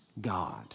God